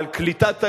ועל קליטת עלייה,